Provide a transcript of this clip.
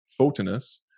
Photonus